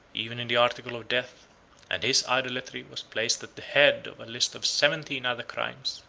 even in the article of death and his idolatry was placed at the head of a list of seventeen other crimes,